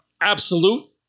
absolute